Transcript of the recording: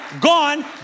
gone